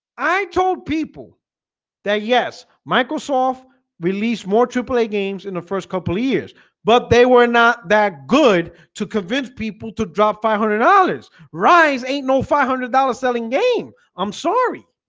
i told people that yes microsoft released more to play games in the first couple years but they were not that good to convince people to drop five hundred dollars rise ain't no five hundred dollars selling game i'm sorry